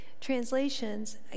translations